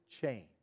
change